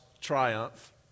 triumph